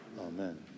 Amen